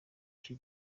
icyo